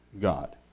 God